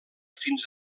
fins